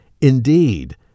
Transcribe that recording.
Indeed